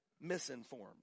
misinformed